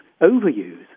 overuse